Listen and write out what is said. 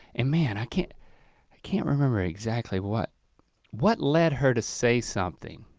and man, i can't i can't remember exactly what what led her to say something.